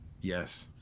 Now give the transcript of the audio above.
Yes